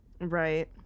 Right